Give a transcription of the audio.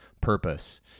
purpose